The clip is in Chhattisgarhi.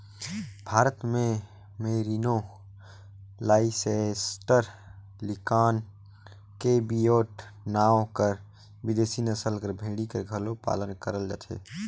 भारत में मेरिनो, लाइसेस्टर, लिंकान, केवियोट नांव कर बिदेसी नसल कर भेड़ी कर घलो पालन करल जाथे